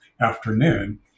afternoon